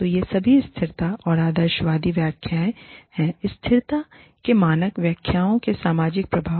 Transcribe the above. तो ये सभी स्थिरता की आदर्शवादी व्याख्याएँ हैं स्थिरता की मानक व्याख्याओं के सामाजिक प्रभाव